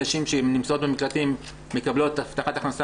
נשים שנמצאות במקלטים מקבלות הבטחת הכנסה